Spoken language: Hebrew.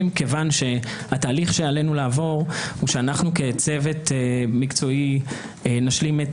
כיוון שהתהליך שעלינו לעבור הוא שאנחנו כצוות מקצועי נשלים את